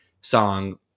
song